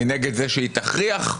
אני נגד זה שהיא תכריח.